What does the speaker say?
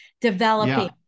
developing